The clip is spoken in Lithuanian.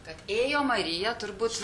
kad ėjo marija turbūt